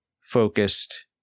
focused